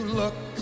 look